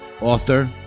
Author